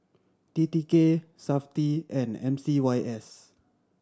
T T K Safti and M C Y S